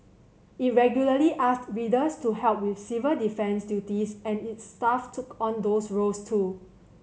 it regularly asked readers to help with civil defence duties and its staff took on those roles too